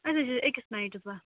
أسۍ حظ چھِ أکِس نایٹس بس